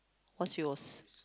what's yours